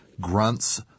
grunts